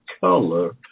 color